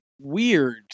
weird